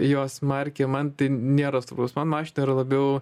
jos markė man tai nėra man mašina yra labiau